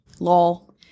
Lol